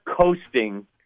coasting